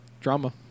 Drama